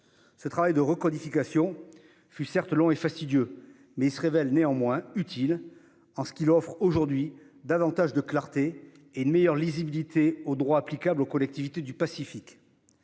Ce travail de recodification fut, certes, long et fastidieux, mais il se révèle utile, en ce qu'il offre aujourd'hui davantage de clarté et une meilleure lisibilité au droit applicable aux collectivités du Pacifique.